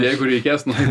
jeigu reikės nueit